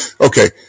Okay